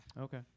okay